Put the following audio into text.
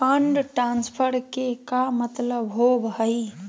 Fund transfer के का मतलब होव हई?